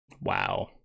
wow